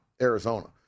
Arizona